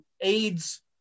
AIDS